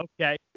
okay